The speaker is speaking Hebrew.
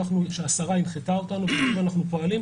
שהשרה הנחתה אותנו ועל פיו אנחנו פועלים,